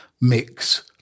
mix